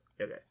Okay